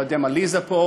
לא יודע אם עליזה פה.